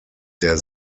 der